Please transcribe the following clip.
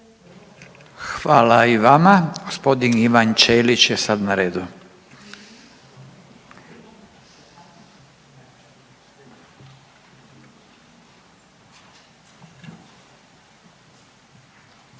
Hvala i vama. Gospodin Ivan Ćelić je sad na redu.